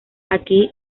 aquí